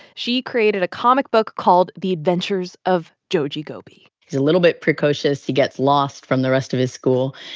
she created a comic book called the adventures of joji goby. he's a little bit precocious. he gets lost from the rest of his school,